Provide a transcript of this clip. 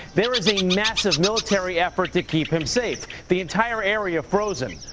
there's a massive military effort to keep him safe. the entire area frozen.